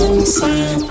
inside